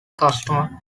customer